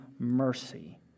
Mercy